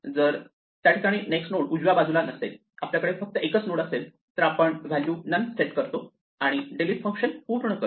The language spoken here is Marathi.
जर त्या ठिकाणी नेक्स्ट नोड उजव्या बाजूला नसेल आपल्याकडे फक्त एक नोड असेल तर आपण व्हॅल्यू नन सेट करतो आणि डिलीट फंक्शन पूर्ण करतो